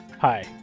Hi